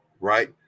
right